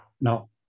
No